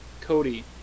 Cody